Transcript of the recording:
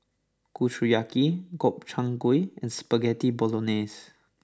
Kushiyaki Gobchang Gui and Spaghetti Bolognese